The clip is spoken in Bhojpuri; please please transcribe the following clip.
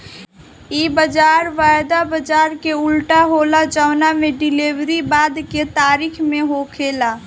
इ बाजार वायदा बाजार के उल्टा होला जवना में डिलेवरी बाद के तारीख में होखेला